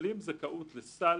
שמקבלים זכאות לסל